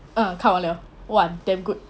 ah 看完了 !wah! damn good